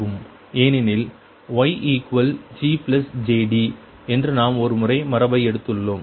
ஏனெனில் YGjD என்று நாம் ஒருமுறை மரபை எடுத்துள்ளோம்